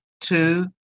two